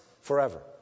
forever